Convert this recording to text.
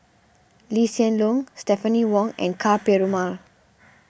Lee Hsien Loong Stephanie Wong and Ka Perumal